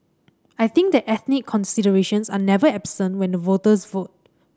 I think that ethnic considerations are never absent when the voters vote